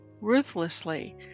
Ruthlessly